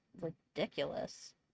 ridiculous